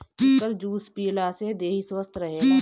एकर juice पियला से देहि स्वस्थ्य रहेला